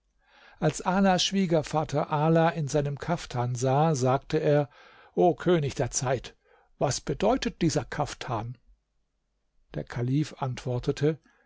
als alas schwiegervater ala in seinem kaftan sah sagte er o könig der zeit was bedeutet dieser kaftan der kalif antwortete